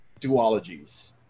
duologies